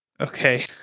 Okay